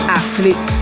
absolute